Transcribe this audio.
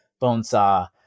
Bonesaw